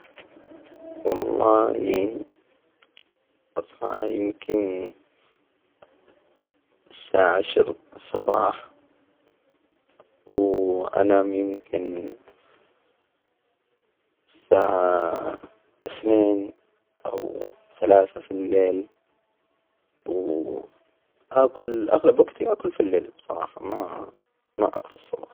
والله أصحى يمكن، الساعة عشر فى الصباح، وأنام يمكن، الساعة اثنين أو ثلاثة في الليل. و آكل أغلب وجتى، آكل في الليل بصراحة، ما- ما أكل الصباح.